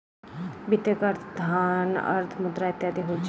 वित्तक अर्थ धन, अर्थ, मुद्रा इत्यादि होइत छै